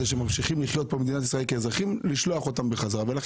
שהם ממשיכים לחיות כאן במדינת ישראל כאזרחים ולשלוח אותם בחזרה לרשות.